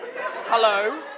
Hello